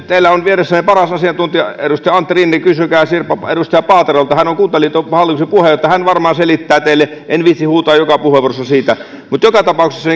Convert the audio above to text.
teillä on vieressänne paras asiantuntija edustaja antti rinne kysykää edustaja paaterolta hän on kuntaliiton hallituksen puheenjohtaja hän varmaan selittää teille en viitsi huutaa joka puheenvuorossa siitä mutta joka tapauksessa